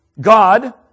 God